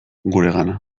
guregana